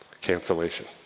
cancellation